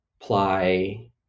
apply